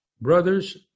Brothers